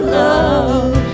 love